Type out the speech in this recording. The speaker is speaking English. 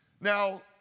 Now